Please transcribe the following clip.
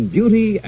Beauty